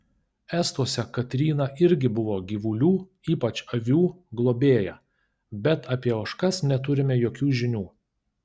estuose katryna irgi buvo gyvulių ypač avių globėja bet apie ožkas neturime jokių žinių